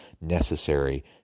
necessary